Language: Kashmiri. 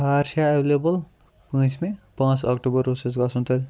تھار چھےٚ ایویلیبٕل پوٗنٛژمہِ پانٛژھ اکٹوبَر اوس اَسہِ گَژھُن تیٚلہِ